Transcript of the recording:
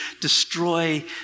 destroy